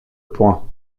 point